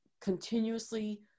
continuously